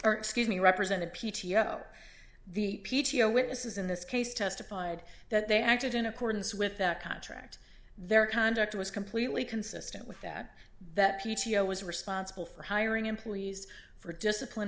or excuse me represented p t o p t o witnesses in this case testified that they acted in accordance with that contract their conduct was completely consistent with that that p t o was responsible for hiring employees for discipline